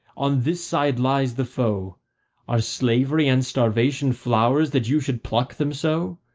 on this side lies the foe are slavery and starvation flowers, that you should pluck them so?